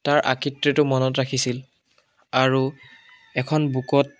তাৰ আকৃতিটো মনত ৰাখিছিল আৰু এখন বুকত